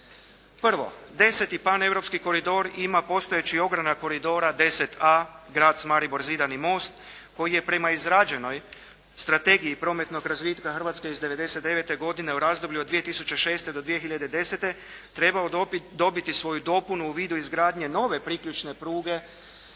Prvo, 10. paneuropski koridor ima postojeći ogranak koridora 10A Graz-Maribor-Zidani most koji je prema izrađenoj strategiji prometnog razvitka Hrvatske iz 99. godine u razdoblju od 2006. do 2010. trebao dobiti svoju dopunu u vidu izgradnje nove priključne pruge